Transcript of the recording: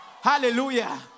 Hallelujah